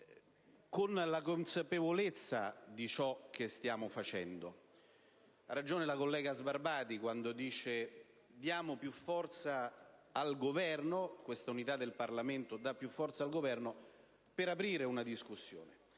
con la consapevolezza di ciò che stiamo facendo. Ha ragione la senatrice Sbarbati quando dice che questa unità del Parlamento dà più forza al Governo per aprire una discussione.